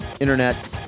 internet